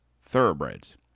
thoroughbreds